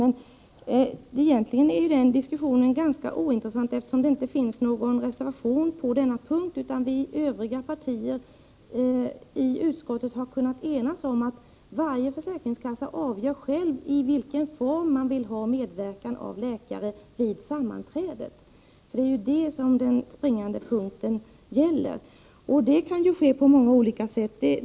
Men egentligen är denna diskussion ganska ointressant, eftersom det inte föreligger någon reservation på denna punkt, utan övriga partier i utskottet har kunnat enas om att varje försäkringskassa själv avgör i vilken form man vill ha medverkan av läkare vid sammanträdet. Det är ju detta som är den springande punkten. Det kan ju ske på många olika sätt.